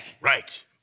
Right